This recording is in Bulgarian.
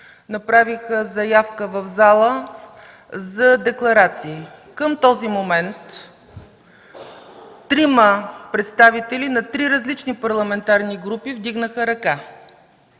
направиха заявки в залата за декларации. Към този момент трима представители на трима различни парламентарни групи вдигнаха ръка.